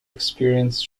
experienced